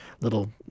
little